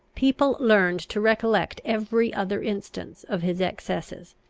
people learned to recollect every other instance of his excesses,